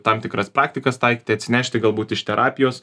tam tikras praktikas taikyti atsinešti galbūt iš terapijos